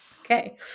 Okay